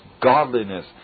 godliness